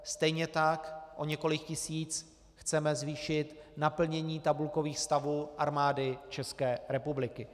Stejně tak o několik tisíc chceme zvýšit naplnění tabulkových stavů Armády České republiky.